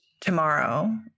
tomorrow